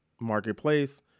marketplace